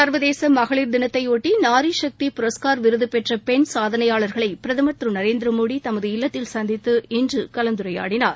உலக மகளிர் தினத்தை ஒட்டி நாரிசக்தி புரஸ்கர் விருது பெற்ற பெண் சாதனையாளர்களை பிரதமர் திரு நரேந்திர மோடி தமது இல்லத்தில் சந்தித்து கலந்துரையாடினார்